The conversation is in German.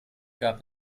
gab